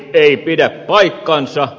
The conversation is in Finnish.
ei pidä paikkaansa